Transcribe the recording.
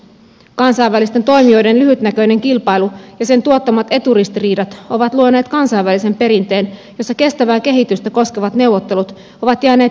kansainvälisten toimijoiden lyhytnä köinen kilpailu ja sen tuottamat eturistiriidat ovat luoneet kansainvälisen perinteen jossa kestävää kehitystä koskevat neuvottelut ovat jääneet pysähtyneisyyden tilaan